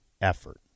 effort